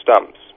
stumps